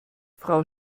frau